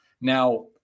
Now